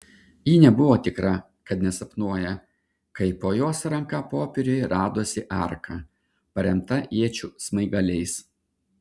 ji nebuvo tikra kad nesapnuoja kai po jos ranka popieriuje radosi arka paremta iečių smaigaliais